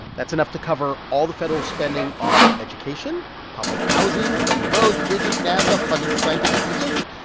that's enough to cover all the federal spending on education, public housing, building roads, bridges, nasa, funding scientific research.